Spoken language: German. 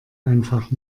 einfach